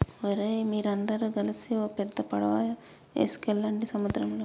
ఓరై మీరందరు గలిసి ఓ పెద్ద పడవ ఎసుకువెళ్ళండి సంద్రంలోకి